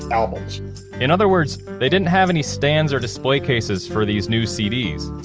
albums in other words, they didn't have any stands or display cases for these new cds.